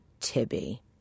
Tibby